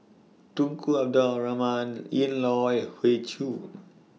Tunku Abdul Rahman Ian Loy Hoey Choo